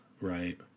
Right